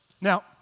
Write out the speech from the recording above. Now